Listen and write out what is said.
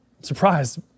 surprised